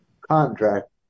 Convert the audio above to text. contract